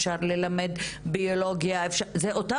אפשר ללמד ביולוגיה זה אותו